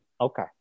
Okay